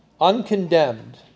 uncondemned